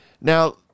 Now